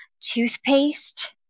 toothpaste